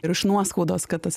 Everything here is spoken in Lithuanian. ir iš nuoskaudos kad tas